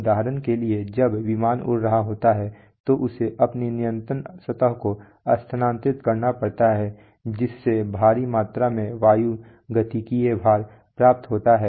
उदाहरण के लिए जब विमान उड़ रहा होता है तो उसे अपनी नियंत्रण सतह को स्थानांतरित करना पड़ता है जिससे भारी मात्रा में वायुगतिकीय भार प्राप्त होता है